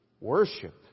worship